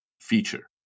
feature